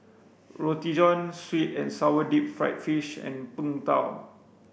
Roti Fohn sweet and sour deep fried fish and Png Tao